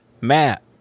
Matt